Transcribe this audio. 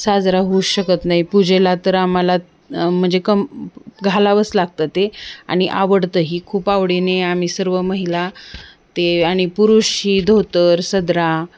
साजरा होऊच शकत नाही पूजेला तर आम्हाला म्हणजे कम घालावंच लागतं ते आणि आवडतंही खूप आवडीने आम्ही सर्व महिला ते आणि पुरुष ही धोतर सदरा